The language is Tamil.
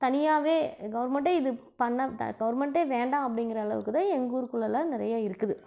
தனியாகவே கவர்மெண்ட்டே இது பண்ண கவர்மெண்ட்டே வேண்டாம் அப்படிங்கிற அளவுக்கு தான் எங்கள் ஊருக்குள்ளேலாம் நிறைய இருக்குது